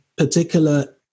Particular